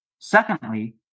Secondly